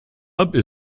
football